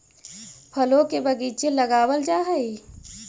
फलों के बगीचे लगावल जा हई